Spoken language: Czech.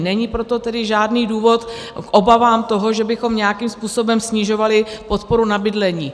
Není proto tedy žádný důvod k obavám, že bychom nějakým způsobem snižovali podporu na bydlení.